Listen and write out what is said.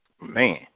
Man